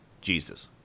jesus